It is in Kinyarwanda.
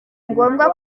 ngombwa